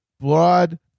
broad